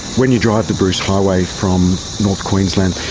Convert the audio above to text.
when you drive the bruce highway from north queensland,